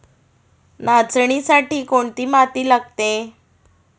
नाचणीसाठी कोणती माती लागते?